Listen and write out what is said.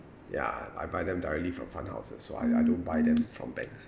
ya I buy them directly from fund houses so I I don't buy them from banks